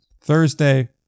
thursday